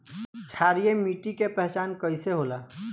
क्षारीय मिट्टी के पहचान कईसे होला?